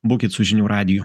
būkit su žinių radiju